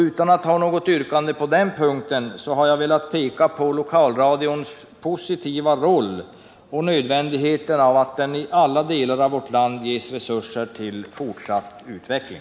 Utan att ha något yrkande på denna punkt har jag velat peka på lokalradions positiva roll och nödvändigheten av att den i alla delar av vårt land ges resurser till fortsatt utveckling.